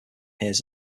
hears